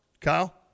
Kyle